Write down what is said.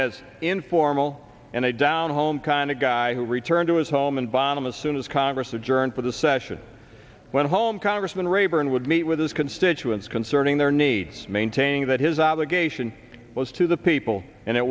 as informal and a down home kind of guy who returned to his home and bottom as soon as congress adjourned for the session went home congressman rayburn would meet with his constituents concerning their needs maintaining that his obligation was to the people and it